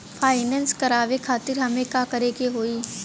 Finance करावे खातिर हमें का करे के होई?